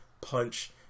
punch